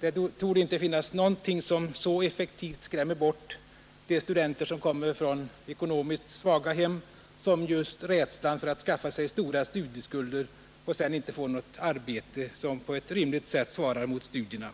Det torde inte finnas någonting som så effektivt skrämmer bort de studenter som kommer från ekonomiskt svaga hem som just rädslan för att skaffa sig stora studieskulder och sedan inte få något arbete som på ett rimligt sätt svarar mot studierna.